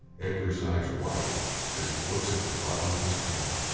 edgar's eyes widen as he looks at the bottom of his pan.